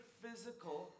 physical